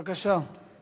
בבקשה, בבקשה.